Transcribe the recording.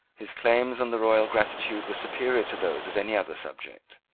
his claims on the royal gratitude were superior to those of any other subject.